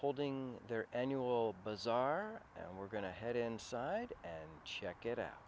holding their annual bazaar and we're going to head inside and check it out